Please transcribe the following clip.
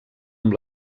amb